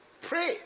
Pray